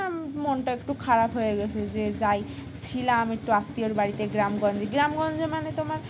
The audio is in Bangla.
মনটা একটু খারাপ হয়ে গেছে যে যাই ছিলাম একটু আত্মীয়র বাড়িতে গ্রামগঞ্জে গ্রামগঞ্জে মানে তোমার